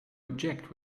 object